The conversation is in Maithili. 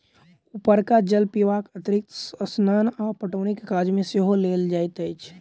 उपरका जल पीबाक अतिरिक्त स्नान आ पटौनीक काज मे सेहो लेल जाइत अछि